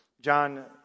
John